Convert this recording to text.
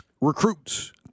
recruits